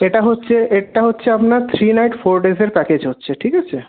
এটা হচ্ছে এরটা হচ্ছে আপনার থ্রি নাইট ফোর ডেজের প্যাকেজ হচ্ছে ঠিক আছে